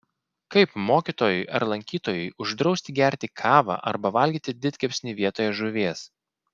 kaip mokytojui ar lankytojui uždrausi gerti kavą arba valgyti didkepsnį vietoje žuvies